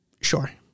Sure